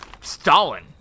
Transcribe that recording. Stalin